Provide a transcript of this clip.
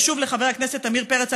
ושוב לחבר הכנסת עמיר פרץ,